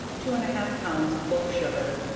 two and a half pounds of loaf sugar,